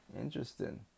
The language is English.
Interesting